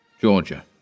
Georgia